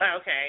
Okay